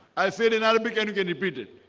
i said in arabic and you can repeat it.